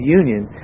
union